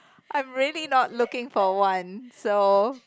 I'm really not looking for one so